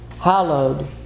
hallowed